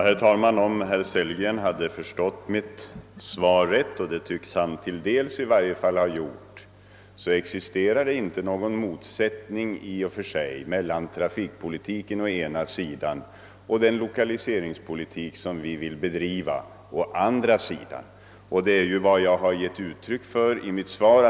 Herr talman! Om herr Sellgren förstått mitt svar rätt — och det tycks han i varje fall delvis ha gjort — skulle han förstå att det inte existerar någon motsättning mellan å ena sidan trafikpolitiken och å andra sidan den lokaliseringspolitik som vi vill bedriva. Det är vad jag har givit uttryck för i mitt svar.